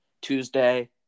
Tuesday